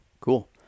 Cool